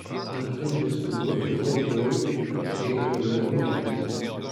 naktim vis guliu ir galvoju kaip toliau gyventi